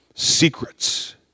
Secrets